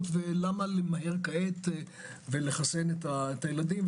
ולמה למהר כעת ולחסן את הילדים.